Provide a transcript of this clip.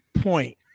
point